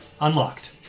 Unlocked